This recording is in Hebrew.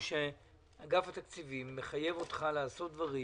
אגף התקציבים מחייב אותך לעשות דברים,